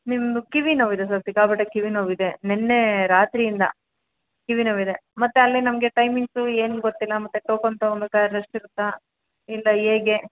ನಿಮ್ಮದು ಕಿವಿ ನೋವು ಇದೆ ಸರ್ ಸಿಕ್ಕಾಪಟ್ಟೆ ಕಿವಿ ನೋವಿದೆ ನೆನ್ನೆ ರಾತ್ರಿಯಿಂದ ಕಿವಿ ನೋವಿದೆ ಮತ್ತು ಅಲ್ಲಿ ನಮಗೆ ಟೈಮಿಂಗ್ಸ್ ಏನೂ ಗೊತ್ತಿಲ್ಲ ಮತ್ತು ಟೋಕನ್ ತೊಗೊಬೇಕಾ ರೆಸ್ಟ್ ಇರುತ್ತಾ ಇಲ್ಲ ಹೇಗೆ